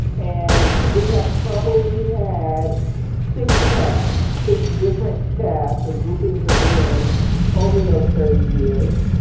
and we have probably had six casts, six different casts or groupings of men over those thirty years